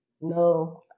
no